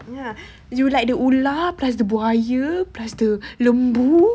ya you like the ular plus the buaya plus the lembu